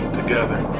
together